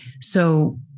So-